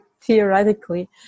theoretically